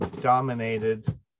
dominated